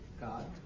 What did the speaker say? God